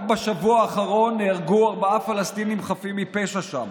רק בשבוע האחרון נהרגו ארבעה פלסטינים חפים מפשע שם.